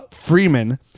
Freeman